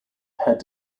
had